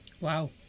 Wow